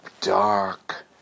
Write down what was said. dark